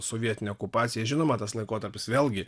sovietinę okupaciją žinoma tas laikotarpis vėlgi